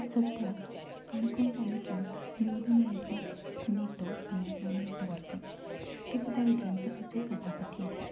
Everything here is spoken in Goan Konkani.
सद्द्याक काणकोण तालुक्याक निवडून आयिल्लो नेतो म्हळ्यार रमेश तवडकर तसो तो विधानसभेचो सभापती आसा